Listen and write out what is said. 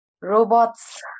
Robots